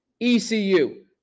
ECU